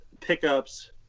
pickups